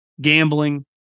Gambling